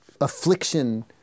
affliction